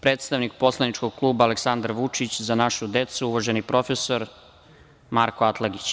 Predstavnik poslaničkog kluba Aleksandar Vučić – Za našu decu, uvaženi prof. Marko Atlagić.